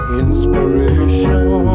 inspiration